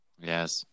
Yes